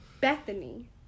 Bethany